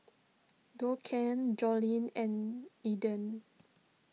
Duncan Jolene and Elden